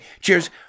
cheers